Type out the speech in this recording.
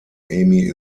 amy